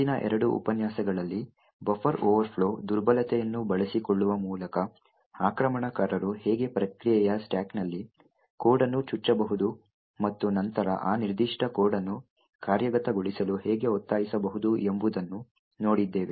ಹಿಂದಿನ ಎರಡು ಉಪನ್ಯಾಸಗಳಲ್ಲಿ ಬಫರ್ ಓವರ್ಫ್ಲೋ ದುರ್ಬಲತೆಯನ್ನು ಬಳಸಿಕೊಳ್ಳುವ ಮೂಲಕ ಆಕ್ರಮಣಕಾರರು ಹೇಗೆ ಪ್ರಕ್ರಿಯೆಯ ಸ್ಟಾಕ್ನಲ್ಲಿ ಕೋಡ್ ಅನ್ನು ಚುಚ್ಚಬಹುದು ಮತ್ತು ನಂತರ ಆ ನಿರ್ದಿಷ್ಟ ಕೋಡ್ ಅನ್ನು ಕಾರ್ಯಗತಗೊಳಿಸಲು ಹೇಗೆ ಒತ್ತಾಯಿಸಬಹುದು ಎಂಬುದನ್ನು ನೋಡಿದ್ದೇವೆ